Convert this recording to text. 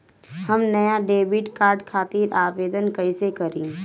हम नया debit card खातिर आवेदन कईसे करी?